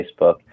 Facebook